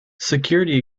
security